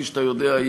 כפי שאתה יודע,